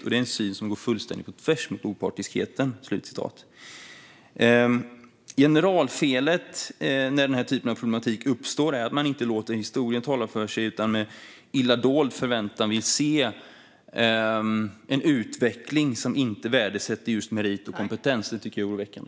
Och det är en syn som går fullständigt på tvärs mot opartiskheten." Generalfelet när den här typen av problematik uppstår är att man inte låter historien tala för sig, utan med illa dold förväntan vill man se en utveckling som inte värdesätter just meriter och kompetens. Det tycker jag är oroväckande.